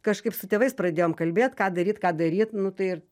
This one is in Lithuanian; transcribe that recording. kažkaip su tėvais pradėjom kalbėt ką daryt ką daryt nu tai ir